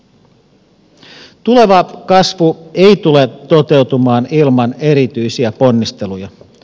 tuleva kasvu ei tule toteutumaan ilman erityisiä ponnisteluja